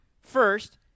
first